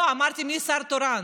לא, אמרתי, מי שר תורן?